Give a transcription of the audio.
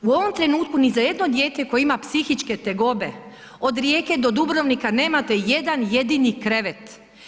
U ovom trenutku ni za jedno dijete koje ima psihičke tegobe od Rijeke do Dubrovnika nemate jedan jedini krevet.